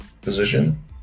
position